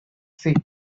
sea